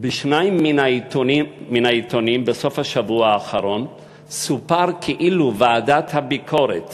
בשניים מהעיתונים בסוף השבוע האחרון סופר כאילו הוועדה לביקורת